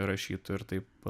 rašytų ir taip